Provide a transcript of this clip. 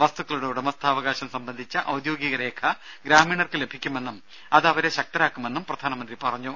വസ്തുക്കളുടെ ഉടമസ്ഥാവകാശം സംബന്ധിച്ച ഔദ്യോഗിക രേഖ ഗ്രാമീണർക്ക് ലഭിക്കുമെന്നും അത് അവരെ ശക്തരാക്കുമെന്നും പ്രധാനമന്ത്രി പറഞ്ഞു